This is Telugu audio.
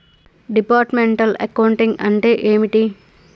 డిపార్ట్మెంటల్ అకౌంటింగ్ అంటే ఏమిటి?